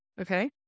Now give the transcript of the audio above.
Okay